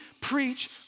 preach